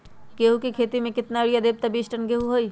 गेंहू क खेती म केतना यूरिया देब त बिस टन गेहूं होई?